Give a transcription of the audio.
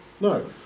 no